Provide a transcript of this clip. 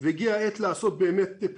אנחנו רואים בנתונים היומיים שהמחוסנים מוגנים